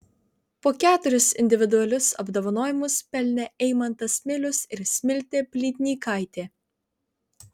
po keturis individualius apdovanojimus pelnė eimantas milius ir smiltė plytnykaitė